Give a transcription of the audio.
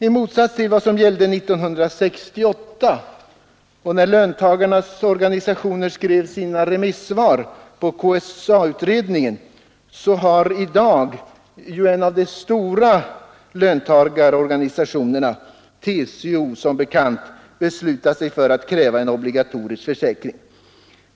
I motsats till vad som gällde 1968 och när löntagarorganisationerna skrev sina remissvar på KSA-utredningen, så har i dag en av de stora löntagarorganisationerna — TCO — beslutat sig för att kräva en obligatorisk försäkring.